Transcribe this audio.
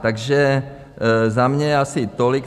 Takže za mě asi tolik.